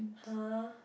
!huh!